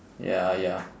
ya ya